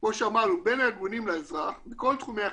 כמו שאמרנו בין הארגונים לאזרח, בכל תחומי החיים,